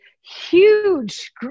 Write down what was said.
huge